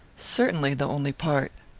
certainly, the only part.